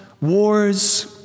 wars